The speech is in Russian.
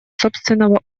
собственного